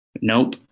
Nope